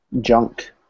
junk